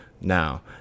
now